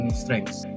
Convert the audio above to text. strengths